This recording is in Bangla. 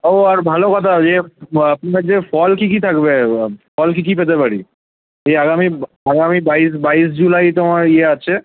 ও আর ভালো কথা ইয়ে আপনার যে ফল কী কী থাকবে ফল কী কী পেতে পারি ওই আগামী আগামী বাইশ বাইশ জুলাই তো আমার ইয়ে আছে